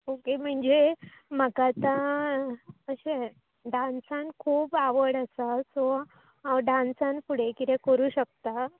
okay म्हण्जें म्हाका आतां अशें डान्सान खूब आवड आसा सो हांव डान्सान फुडें कितें करूं शकतां